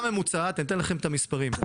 אני אתן לכם את המספרים.